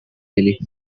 ele